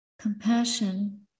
compassion